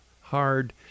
hard